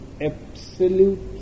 absolute